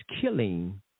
killing